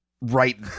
right